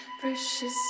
precious